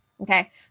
okay